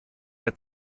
der